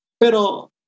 Pero